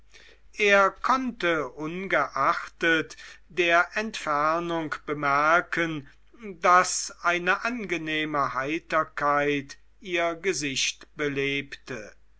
er konnte ungeachtet der entfernung bemerken daß eine angenehme heiterkeit ihr gesicht belebte